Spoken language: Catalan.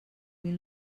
mil